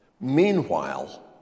Meanwhile